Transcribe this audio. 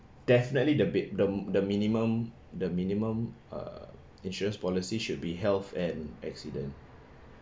definitely the be~ the the minimum the minimum uh insurance policy should be health and accident